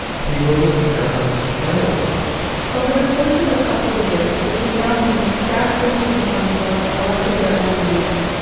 take over the town of antelope over the course of a couple of years, the sannyasins stacked the city council and elected their own mayor.